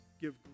give